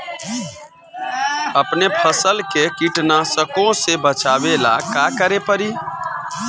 अपने फसल के कीटनाशको से बचावेला का करे परी?